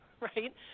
right